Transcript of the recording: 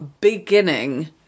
beginning